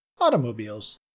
automobiles